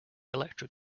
electric